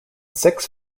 six